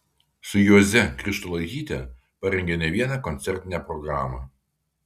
su juoze krištolaityte parengė ne vieną koncertinę programą